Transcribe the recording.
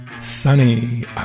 Sunny